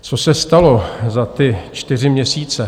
Co se stalo za ty čtyři měsíce?